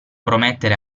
promettere